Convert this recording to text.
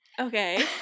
okay